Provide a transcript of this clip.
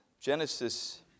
Genesis